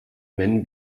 men